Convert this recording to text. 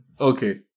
Okay